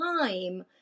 time